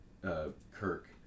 Kirk